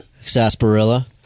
Sarsaparilla